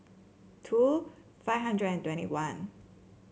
two five hundred and twenty one